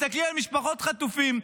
מסתכלים על משפחות חטופים,